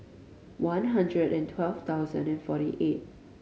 one hundred and twelve thousand and forty eight